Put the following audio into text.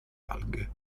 alghe